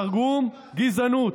"תרגום: גזענות".